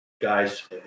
guys